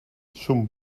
son